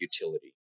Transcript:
utility